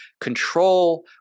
control